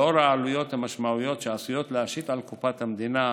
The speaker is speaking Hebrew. לאור העלויות המשמעותיות שעשויות להיות מושתות על קופת המדינה,